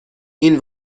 این